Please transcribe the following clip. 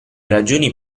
ragioni